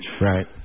right